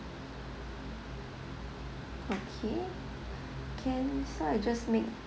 okay can so I just make